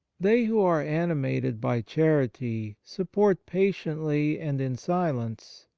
they who are animated by charity support patiently and in silence,